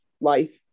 life